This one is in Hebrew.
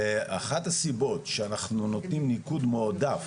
ואחת הסיבות שאנחנו נותנים ניקוד מועדף